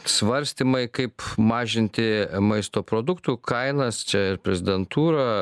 svarstymai kaip mažinti maisto produktų kainas čia ir prezidentūra